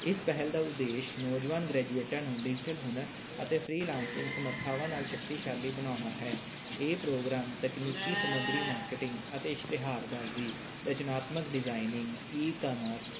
ਇਸ ਪਹਿਲ ਦਾ ਉਦੇਸ਼ ਨੌਜਵਾਨ ਗ੍ਰੈਜੂਏਟਾਂ ਨੂੰ ਡਿਜੀਟਲ ਹੁਨਰ ਅਤੇ ਫਰੀਲਾਂਸਿੰਗ ਸਮੱਰਥਾਵਾਂ ਨਾਲ ਸ਼ਕਤੀਸ਼ਾਲੀ ਬਣਾਉਣਾ ਹੈ ਇਹ ਪ੍ਰੋਗਰਾਮ ਤਕਨੀਕੀ ਸਮਗਰੀ ਮਾਰਕੀਟਿੰਗ ਅਤੇ ਇਸ਼ਤਿਹਾਰਬਾਜ਼ੀ ਰਚਨਾਤਮਕ ਡਿਜ਼ਾਈਨਿੰਗ ਈ ਕਮਰਸ